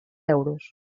euros